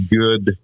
good